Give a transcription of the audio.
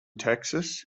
texas